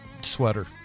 sweater